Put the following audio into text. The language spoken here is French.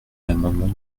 l’amendement